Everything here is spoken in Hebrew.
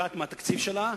יודעים מה התקציב שלהם,